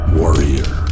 warrior